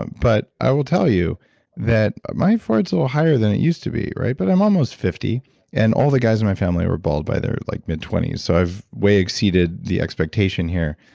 but i will tell you that my forehead's a little higher than it used to be, right? but i'm almost fifty and all the guys in my family were bald by their like mid-twenties, so i've way exceeded the expectation here.